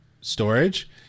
storage